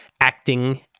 acting